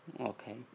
Okay